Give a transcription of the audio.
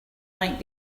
might